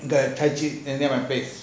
near my face